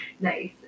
nice